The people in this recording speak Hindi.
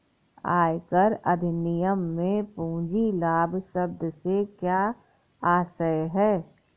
आयकर अधिनियम में पूंजी लाभ शब्द से क्या आशय है?